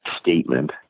statement